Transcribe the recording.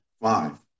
five